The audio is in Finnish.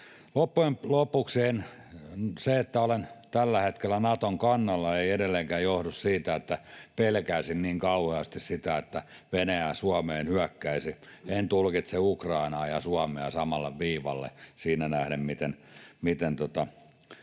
lopuksi se, että olen tällä hetkellä Naton kannalla, ei edelleenkään johdu siitä, että pelkäisin niin kauheasti sitä, että Venäjä Suomeen hyökkäisi. En tulkitse Ukrainaa ja Suomea samalle viivalle siinä nähden, miten